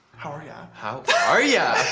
how are ya? how are ya?